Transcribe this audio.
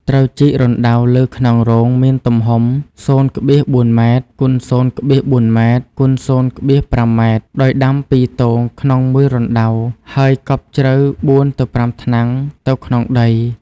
ត្រូវជីករណ្តៅលើខ្នងរងមានទំហំ ០,៤ម x ០,៤ម x ០,៥ម ដោយដាំ ២ទងក្នុង១រណ្តៅ ហើយកប់ជម្រៅ ៤ទៅ៥ថ្នាំង ទៅក្នុងដី។